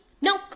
No